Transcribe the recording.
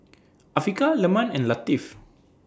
Afiqah Leman and Latif